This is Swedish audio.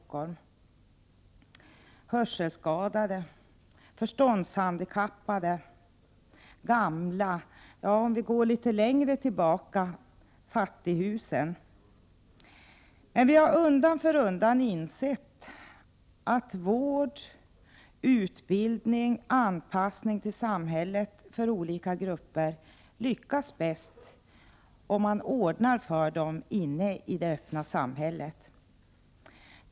Vidare kan man nämna de hörselskadade, förståndshandikappade, gamla, ja, om vi går litet längre tillbaka i tiden, människorna i fattighusen. Undan för undan har vi insett att vård, utbildning, anpassning till samhället för olika grupper lyckas bäst, om man ordnar för dem inne i det öppna samhället.